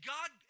God